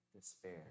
despair